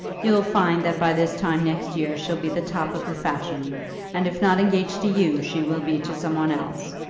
you'll find that by this time next year she'll be the top of the fashion and if not engaged to you, she will be to some one else.